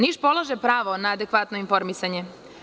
Niš polaže pravo na adekvatno informisanje.